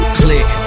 click